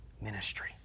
ministry